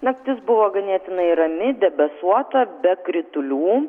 naktis buvo ganėtinai rami debesuota be kritulių